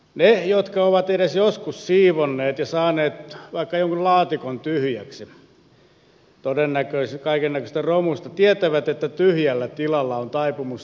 ne jotka ovat edes joskus siivonneet ja saaneet vaikka jonkun laatikon tyhjäksi todennäköisesti kaikennäköisestä romusta tietävät että tyhjällä tilalla on taipumus täyttyä